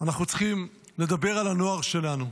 אנחנו צריכים לדבר על הנוער שלנו,